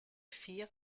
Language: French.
firent